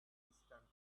distant